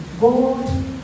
God